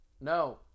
No